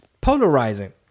polarizing